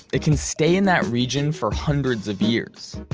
it can stay in that region for hundreds of years.